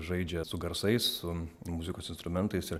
žaidžia su garsais su muzikos instrumentais ir